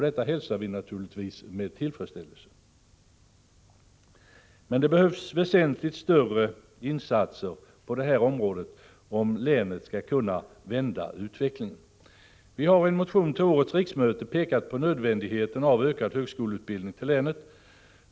Detta hälsar vi naturligtvis med tacksamhet, men det behövs väsentligt större insatser om länet skall kunna vända utvecklingen. Vi har i en motion till årets riksmöte pekat på nödvändigheten av ökad högskoleutbildning i länet.